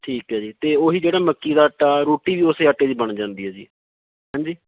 ਠੀਕ ਹੈ ਜੀ ਅਤੇ ਉਹੀ ਜਿਹੜਾ ਮੱਕੀ ਦਾ ਆਟਾ ਰੋਟੀ ਵੀ ਉਸੇ ਆਟੇ ਦੀ ਬਣ ਜਾਂਦੀ ਹੈ ਜੀ ਹਾਂਜੀ